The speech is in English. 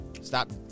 Stop